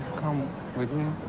come with me?